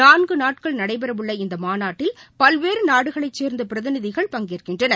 நான்கு நாட்கள் நடைபெறவுள்ள இந்த மாநாட்டில் பல்வேறு நாடுகளைச் சேர்ந்த பிரதிநிதிகள் பங்கேற்கின்றனர்